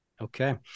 Okay